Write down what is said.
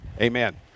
Amen